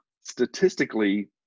statistically